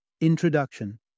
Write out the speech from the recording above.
Introduction